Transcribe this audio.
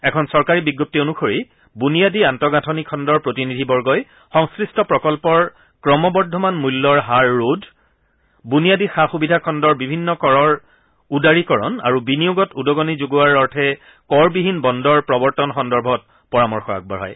এখন চৰকাৰী বিজপ্তি অনুসৰি বুনিয়াদী আন্তঃগাঁথনি খণ্ডৰ প্ৰতিনিধিবৰ্গই সংশ্লিষ্ট প্ৰকল্পৰ ক্ৰমবৰ্ধমান মূল্যৰ হাৰ ৰোধ বুনিয়াদী সা সুবিধা খণ্ডৰ বিভিন্ন কৰৰ উদাৰীকৰণ আৰু বিনিয়োগত উদগণি যোগোৱাৰ অৰ্থে কৰবিহীন বণুৰ প্ৰৱৰ্তন সন্দৰ্ভত পৰামৰ্শ আগবঢ়ায়